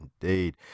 indeed